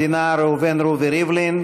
ראובן רובי ריבלין.